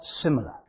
similar